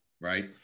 Right